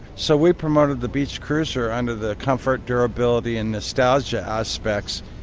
so we promoted the beach cruiser under the comfort, durability and nostalgia aspects,